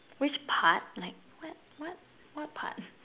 which part like what what what part